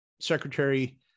Secretary